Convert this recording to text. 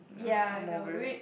ya I know we